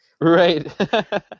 right